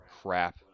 crap